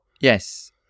Yes